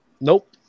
Nope